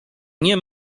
nie